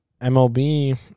MLB